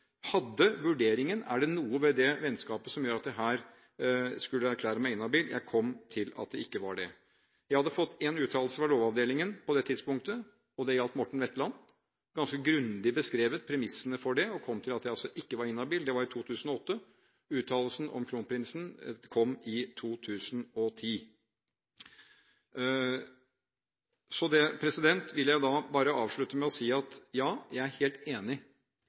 hadde fått én uttalelse fra Lovavdelingen på det tidspunktet, og det gjaldt Morten Wetland. Jeg har ganske grundig beskrevet premissene for det og kom til at jeg altså ikke var inhabil. Det var i 2008. Uttalelsen om kronprinsen kom i 2010. Jeg vil bare avslutte med å si: Ja, jeg er helt enig